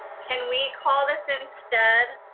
can we call this instead?